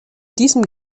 diesem